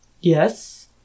Yes